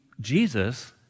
Jesus